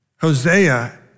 Hosea